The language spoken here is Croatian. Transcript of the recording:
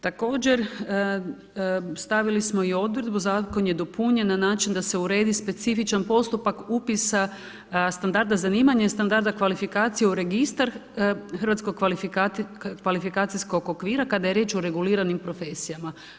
Također stavili smo i odredbu, zakon je dopunjen na način da se uredi specifičan postupak upisa standarda zanimanja i standarda kvalifikacije u registar hrvatskog kvalifikacijskom okvira kada je riječ o reguliranim profesijama.